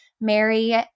Mary